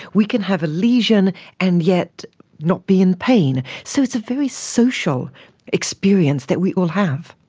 we can have a lesion and yet not be in pain. so it's a very social experience that we all have.